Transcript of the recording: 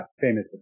famous